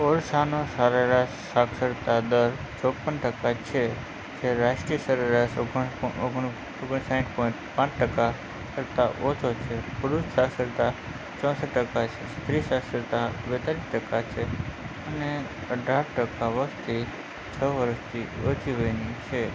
ઓડિશાનો સરેરાશ સાક્ષરતા દર ચોપ્પન ટકા છે જે રાષ્ટ્રીય સરેરાશ ઓગણસાઠ પોઈન્ટ પાંચ ટકા કરતાંઓછો છે પુરૂષ સાક્ષરતા ચોસઠ ટકા છે સ્ત્રી સાક્ષરતા બેંતાલીસ ટકા છે અને અઢાર ટકા વસ્તી છ વર્ષથી ઓછી વયની છે